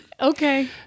Okay